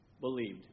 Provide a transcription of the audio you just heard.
believed